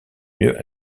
mieux